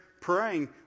praying